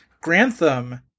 grantham